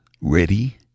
ready